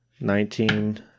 Nineteen